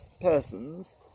persons